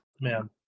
man